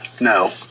No